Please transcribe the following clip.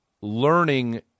learning